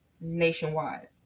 nationwide